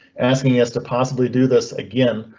asking us to possibly do this again,